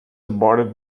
aborted